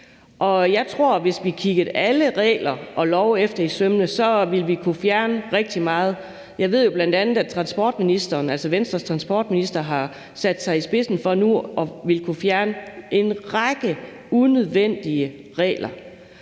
Jeg tror, at hvis vi kiggede alle regler og love efter i sømmene, ville vi kunne fjerne rigtig meget. Jeg ved bl.a., at transportministeren, altså Venstres transportminister, har sat sig i spidsen for nu at ville kunne fjerne en række unødvendige regler.